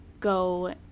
go